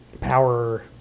power